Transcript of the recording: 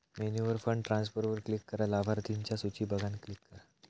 मेन्यूवर फंड ट्रांसफरवर क्लिक करा, लाभार्थिंच्या सुची बघान क्लिक करा